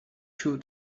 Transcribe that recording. two